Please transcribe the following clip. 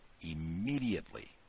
immediately